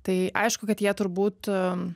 tai aišku kad jie turbūt